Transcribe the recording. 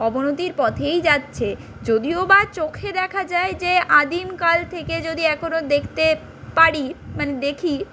অবনতির পথেই যাচ্ছে যদিও বা চোখে দেখা যায় যে আদিমকাল থেকে যদি এখনো দেখতে পারি মানে দেখি